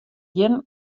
gjin